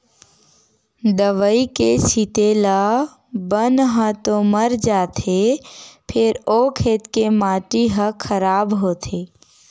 दवई के छिते ले बन ह तो मर जाथे फेर ओ खेत के माटी ह खराब होथे